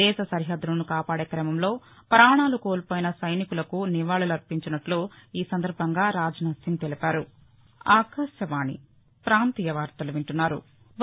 దేశ సరిహద్దులను కాపాదే క్రమంలో పాణాలు కోల్పోయిన సైనికులకు నివాళులు అర్పించినట్లు ఈ సందర్బంగా రాజ్నాథ్ సింగ్ తెలిపారు